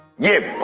you